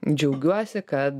džiaugiuosi kad